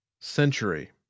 century